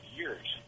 years